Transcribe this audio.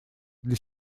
для